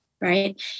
right